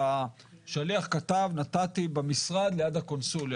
והשליח כתב: נתתי במשרד ליד הקונסוליה.